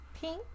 pink